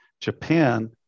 Japan